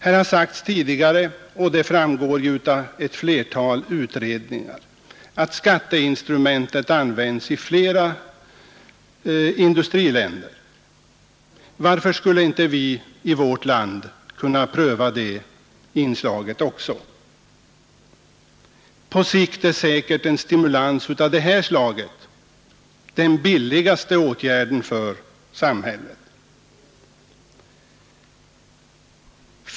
Här har sagts tidigare — och det framgår av ett flertal utredningar — att skatteinstrumentet används i flera industriländer. Varför skulle inte vi i vårt land kunna pröva det inslaget också? På sikt är säkert en stimulans av det här slaget den billigaste åtgärden för samhället.